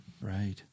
Right